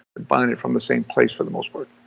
buying it from the same place for the most part.